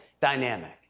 dynamic